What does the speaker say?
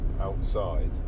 outside